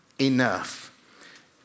enough